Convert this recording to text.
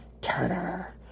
Turner